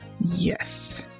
Yes